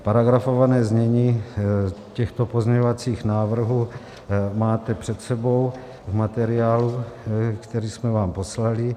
Paragrafované znění těchto pozměňovacích návrhů máte před sebou v materiálu, který jsme vám poslali.